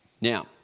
now